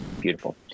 beautiful